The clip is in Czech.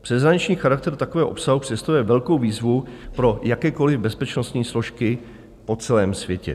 Přeshraniční charakter takového obsahu představuje velkou výzvu pro jakékoli bezpečnostní složky po celém světě.